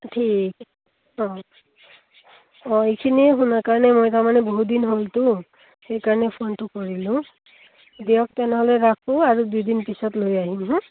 ঠিক অঁ অঁ এইখিনিয়ে শুনা কাৰণে মই তাৰমানে বহুত দিন হ'লতো সেইকাৰণে ফোনটো কৰিলোঁ দিয়ক তেনেহ'লে ৰাখোঁ আৰু দুইদিন পিছত লৈ আহিম হা